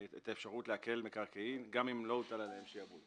האפשרות לעקל מקרקעין, גם אם לא הוטל עליהם שעבוד.